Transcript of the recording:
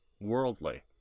worldly